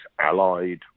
allied